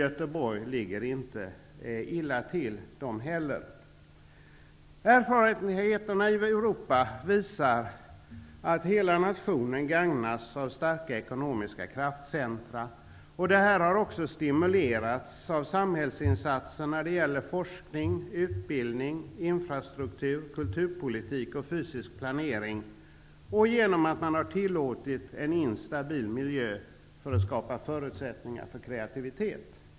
Göteborg ligger inte heller illa till. Erfarenheterna i Europa visar att hela nationen gagnas av starka ekonomiska kraftcentrum. Det här har också stimulerats av samhällsinsatser när det gäller forskning, utbildning, infrastruktur, kulturpolitik och fysisk planering, och genom att man har tillåtit en instabil miljö för att skapa förutsättningar för kreativitet.